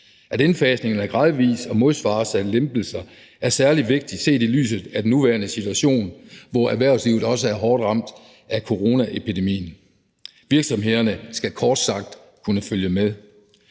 At indfasningen er gradvis og modsvares af lempelser, er særlig vigtigt set i lyset af den nuværende situation, hvor erhvervslivet også er hårdt ramt af coronaepidemien. Virksomhederne skal kort sagt kunne følge med.